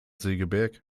segeberg